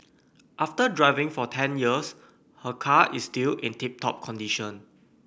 after driving for ten years her car is still in tip top condition